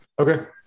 okay